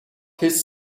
his